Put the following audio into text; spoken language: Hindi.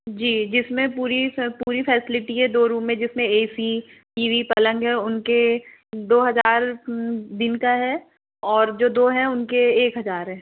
जी जिसमें पूरी सर पूरी फैसिलिटी है दो रूम है जिसमें ए सी टी वी पलंग है उनके दो हजार दिन का है और जो दो हैं उनके एक हजार है